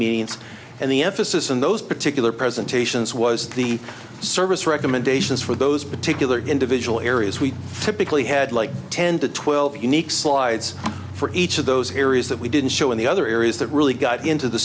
means and the emphasis in those particular presentations was the service recommendations for those particular individual areas we typically had like ten to twelve unique slides for each of those areas that we didn't show in the other areas that really got into the